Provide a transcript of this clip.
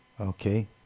Okay